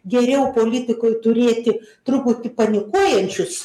geriau politikoj turėti truputį panikuojančius